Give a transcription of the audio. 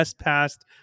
passed